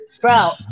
Bro